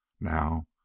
now